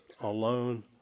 alone